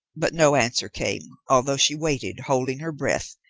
but no answer came, although she waited, holding her breath,